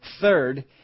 Third